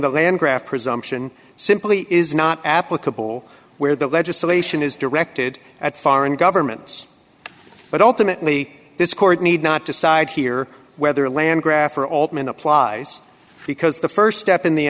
the land graft presumption simply is not applicable where the legislation is directed at foreign governments but ultimately this court need not decide here whether land graph or altman applies because the st step in the